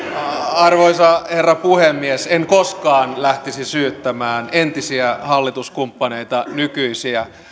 arvoisa herra puhemies en koskaan lähtisi syyttämään entisiä hallituskumppaneita nykyisiä